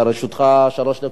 אדוני, לרשותך שלוש דקות.